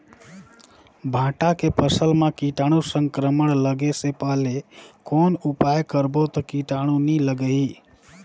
भांटा के फसल मां कीटाणु संक्रमण लगे से पहले कौन उपाय करबो ता कीटाणु नी लगही?